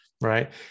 Right